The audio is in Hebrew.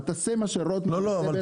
תעשה מה שרוטמן עושה --- לא,